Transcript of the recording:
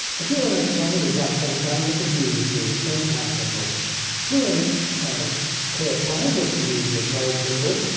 if we were outside in bright sunshine we but could use the sunshine symbol if we were in clear cloud we could use the cloud symbol.